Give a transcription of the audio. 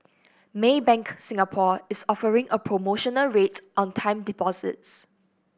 Maybank Singapore is offering a promotional rate on time deposits